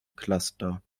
cluster